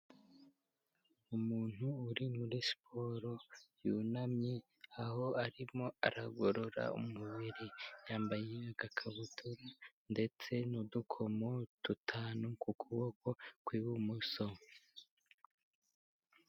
Umuntu uri muri siporo yunamye, aho arimo aragorora umubiri, yambaye agakabutura ndetse n'udukomo dutanu ku kuboko kw'ibumoso.